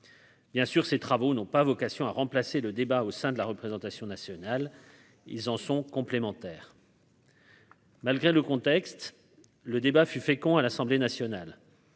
Bien sûr, ces travaux n'ont pas vocation à remplacer le débat au sein de la représentation nationale, ils en sont complémentaires. Malgré le contexte, le débat fut fécond à l'Assemblée nationale.